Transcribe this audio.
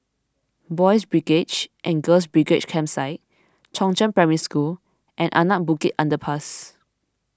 Boys' Brigade and Girls' Brigade Campsite Chongzheng Primary School and Anak Bukit Underpass